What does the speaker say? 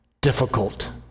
difficult